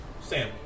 Sam